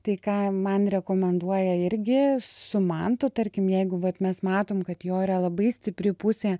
tai ką man rekomenduoja irgi su mantu tarkim jeigu vat mes matom kad jo yra labai stipri pusė